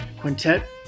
Quintet